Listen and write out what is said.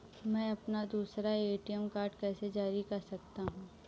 मैं अपना दूसरा ए.टी.एम कार्ड कैसे जारी कर सकता हूँ?